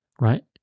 right